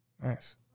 Nice